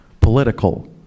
political